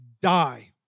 die